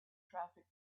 traffic